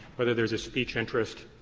but there's a speech interest,